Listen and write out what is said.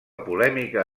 polèmica